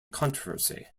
controversy